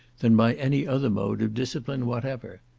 than by any other mode of discipline whatever.